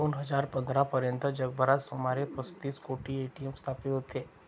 दोन हजार पंधरा पर्यंत जगभरात सुमारे पस्तीस कोटी ए.टी.एम स्थापित होते